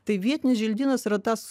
tai vietinis želdynas yra tas